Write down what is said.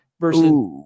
versus